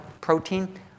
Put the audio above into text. protein